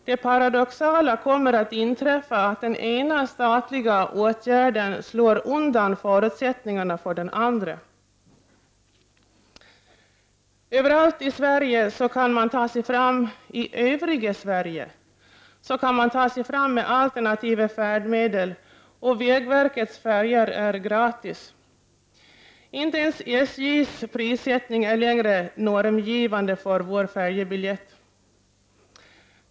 Det paradoxala kommer att inträffa att den ena statliga åtgärden slår undan förutsättningarna för den andra. Överallt i övriga Sverige kan man ta sig fram med alternativa färdmedel, och vägverkets färjor är gratis. Inte ens SJs prissättning är längre normgivande för färjebiljetten.